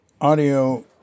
audio